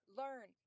learn